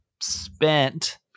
spent